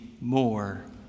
more